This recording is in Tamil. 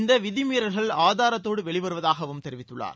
இந்த விதிமீறல்கள் ஆதாரத்தோடு வெளி வருவதாகவும் தெரிவித்துள்ளார்